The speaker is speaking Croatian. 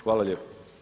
Hvala lijepo.